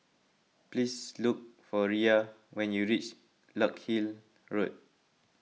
please look for Riya when you reach Larkhill Road